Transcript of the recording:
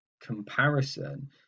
comparison